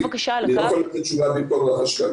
אני לא יכול לתת תשובה במקום החשכ"ל.